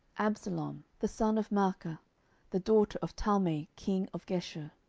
absalom the son of maacah the daughter of talmai king of geshur